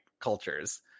cultures